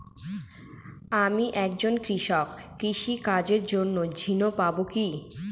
আমি একজন কৃষক কৃষি কার্যের জন্য ঋণ পাব কি?